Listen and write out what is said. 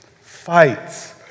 Fights